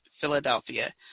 Philadelphia